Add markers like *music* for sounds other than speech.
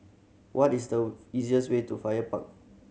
what is the *unintelligible* easiest way to Fire Park